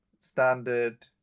standard